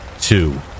Two